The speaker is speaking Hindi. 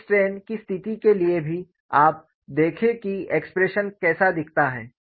प्लेन स्ट्रेन की स्थिति के लिए भी आप देखें कि एक्सप्रेशन कैसा दिखता है